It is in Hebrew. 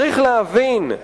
צריך להבין,